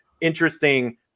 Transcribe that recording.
interesting